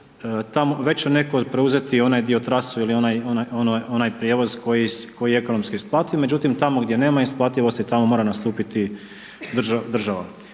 tamo, već će netko preuzeti onaj dio trasu ili onaj prijevoz koji je ekonomski isplativ, međutim, tamo gdje nema isplativosti, tamo mora nastupiti država